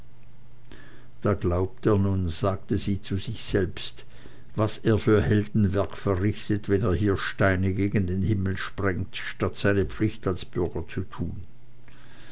da glaubt er nun sagte sie zu sich selbst was er für heldenwerk verrichtet wenn er hier steine gen himmel sprengt statt seine pflicht als bürger zu tun